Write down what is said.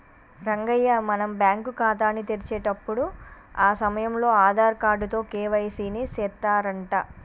రంగయ్య మనం బ్యాంకు ఖాతాని తెరిచేటప్పుడు ఆ సమయంలో ఆధార్ కార్డు తో కే.వై.సి ని సెత్తారంట